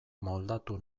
moldatu